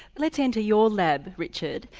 let's enter your lab, richard,